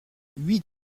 huit